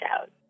out